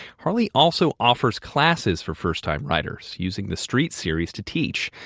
harley also offers classes for first-time riders, using the street series to teach.